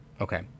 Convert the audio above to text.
Okay